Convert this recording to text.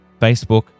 Facebook